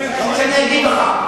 אני אגיד לך.